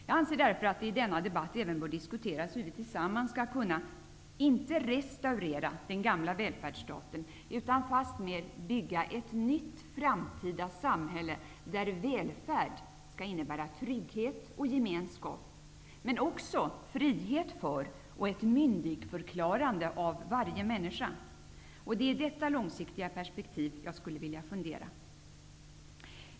Jag anser därför att det i denna debatt även bör diskuteras hur vi tillsammans skall kunna, inte re staurera den gamla välfärdsstaten, utan fastmer bygga ett nytt framtida samhälle, där välfärd skall innebära trygghet och gemenskap, men också fri het för och ett myndigförklarande av varje männi ska. Det är i detta långsiktiga perspektiv som jag skulle vilja fundera.